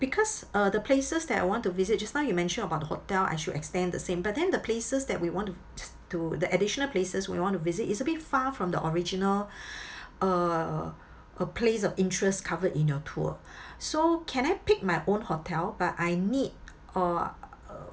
because uh the places that I want to visit just now you mentioned about the hotel I should extend the same but then the places that we want to just to the additional places where we want to visit is a bit far from the original uh uh place of interest covered in your tour so can I pick my own hotel but I need uh